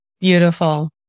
Beautiful